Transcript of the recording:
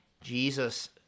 Jesus